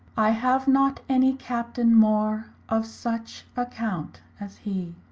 i have not any captaine more of such account as hee.